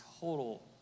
total